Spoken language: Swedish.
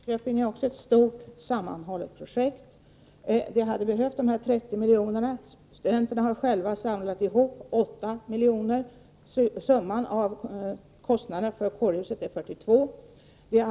Herr talman! Kårhuset i Linköping är också ett stort sammanhållet projekt. Det hade behövt dessa 30 miljoner. Studenterna har själva samlat ihop 8 miljoner. Kostnaderna för kårhuset uppgår till 42 miljoner.